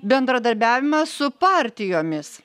bendradarbiavimą su partijomis